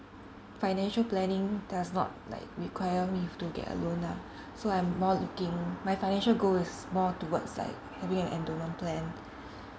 financial planning does not like require me to get like a loan ah so I'm more looking my financial goal is more towards like maybe an endowment plan